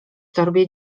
torbie